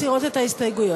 מסירות את ההסתייגויות.